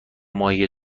ماهی